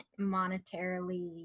monetarily